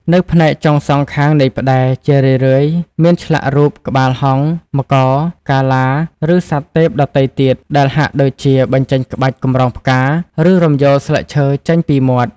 នៅផ្នែកចុងសងខាងនៃផ្តែរ ជារឿយៗមានឆ្លាក់រូប ក្បាលហង្ស មករ កាលា ឬសត្វទេពដទៃទៀត ដែលហាក់ដូចជាបញ្ចេញក្បាច់កម្រងផ្កា ឬរំយោលស្លឹកឈើចេញពីមាត់។